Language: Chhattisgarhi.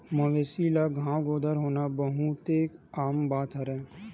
मवेशी ल घांव गोदर होना बहुते आम बात हरय